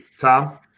Tom